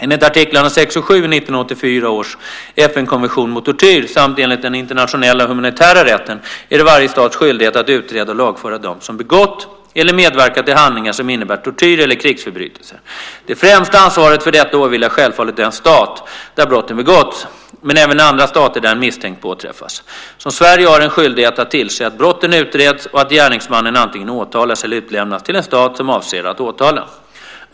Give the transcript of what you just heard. Enligt artiklarna 6 och 7 i 1984 års FN-konvention mot tortyr samt enligt den internationella humanitära rätten är det varje stats skyldighet att utreda och lagföra dem som begått eller medverkat till handlingar som innebär tortyr eller krigsförbrytelser. Det främsta ansvaret för detta åvilar självfallet den stat där brotten begåtts, men även andra stater där en misstänkt påträffas, som Sverige, har en skyldighet att tillse att brotten utreds och att gärningsmannen antingen åtalas eller utlämnas till en stat som avser att åtala.